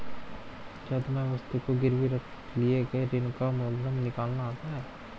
क्या तुम्हें वस्तु को गिरवी रख कर लिए गए ऋण का मूलधन निकालना आता है?